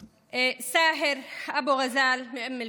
וסאהר אבו ראזל מאום אל-פחם.